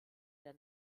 der